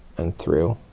and through.